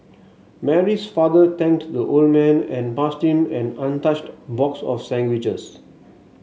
Mary's father thanked the old man and passed him an untouched box of sandwiches